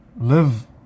live